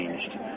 changed